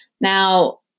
Now